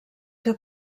que